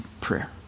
prayer